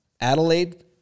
Adelaide